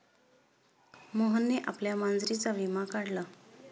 मोहनने आपल्या मांजरीचा विमा काढला